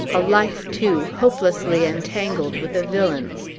a life, too, hopelessly entangled with a villain's!